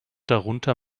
darunter